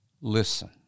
listen